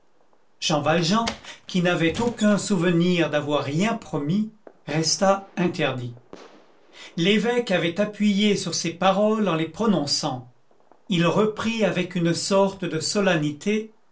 jean valjean qui n'avait aucun souvenir d'avoir rien promis resta interdit l'évêque avait appuyé sur ces paroles en les prononçant il reprit avec une sorte de solennité